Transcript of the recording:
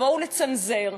לבוא ולצנזר.